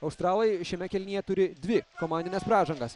australai šiame kėlinyje turi dvi komandines pražangas